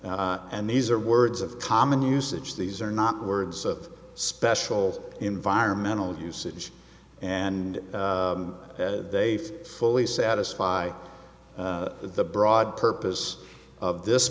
and these are words of common usage these are not words of special environmental usage and they fully satisfy the broad purpose of this